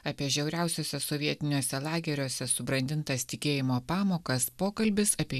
apie žiauriausiuose sovietiniuose lageriuose subrandintas tikėjimo pamokas pokalbis apie